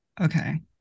Okay